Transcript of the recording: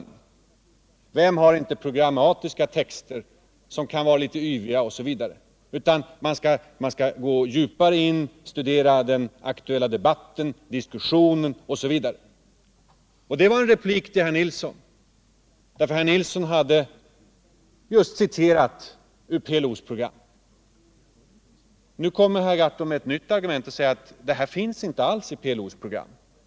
Vem harinte programmatiska texter som kan vara litet yviga? Man skall, sade herr Gahrton, gå djupare in, studera den aktuella debatten, diskussionen osv. Det var en replik till herr Tore Nilsson därför att han just hade citerat ur PLO:s program. Nu kommer herr Gahrton med ett helt nytt argument och säger: Det här finns inte alls i PLO:s program.